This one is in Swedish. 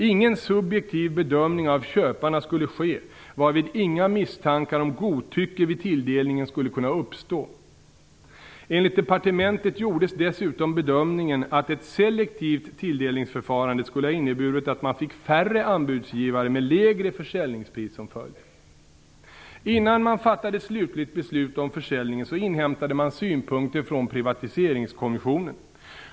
Ingen subjektiv bedömning av köparna skulle ske, varvid inga misstankar om godtycke vid tilldelningen skulle kunna uppstå. Enligt departementet gjordes dessutom bedömningen att ett selektivt tilldelningsförfarande skulle ha inneburit att man fick färre anbudsgivare med lägre försäljningspris som följd. Innan man fattade något slutligt beslut om försäljningen inhämtade man synpunkter från Privatiseringskommissionen.